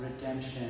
redemption